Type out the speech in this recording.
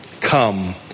come